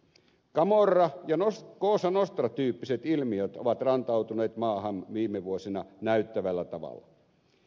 camorra ja cosa nostra tyyppiset ilmiöt ovat rantautuneet maahamme viime vuosina näyttävällä tavalla